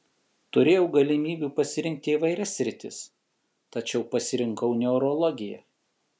turėjau galimybių pasirinkti įvairias sritis tačiau pasirinkau neurologiją